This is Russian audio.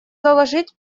заложить